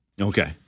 Okay